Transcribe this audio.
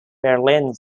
berlin